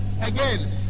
again